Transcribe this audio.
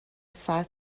فتح